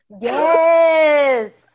Yes